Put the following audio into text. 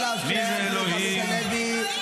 חברי הכנסת, נא לאפשר לעמית הלוי לסיים את דבריו.